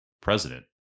president